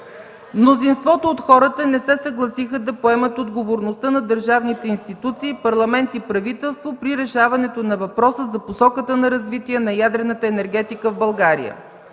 мнозинството от хората не се съгласиха да поемат отговорността на държавните институции – Парламент и правителство, при решаването на въпроса за посоката на развитие на ядрената енергетика в България;